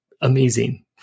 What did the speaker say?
amazing